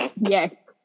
yes